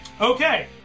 Okay